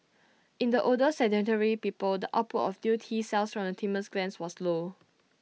in the older sedentary people the output of new T cells from the thymus glands was low